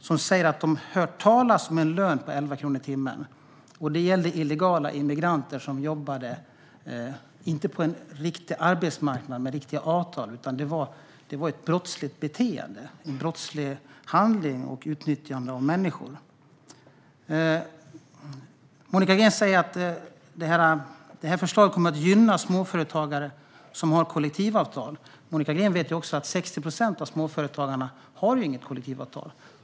Hon sa att hon hört talas om en lön på 11 kronor i timmen, och det gällde illegala immigranter som inte jobbade på en riktig arbetsmarknad med riktiga avtal. Det var ett brottsligt beteende, en brottslig handling, och utnyttjande av människor. Monica Green säger att det här förslaget kommer att gynna småföretagare som har kollektivavtal. Monica Green vet ju också att 60 procent av småföretagarna inte har något kollektivavtal.